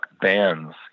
bands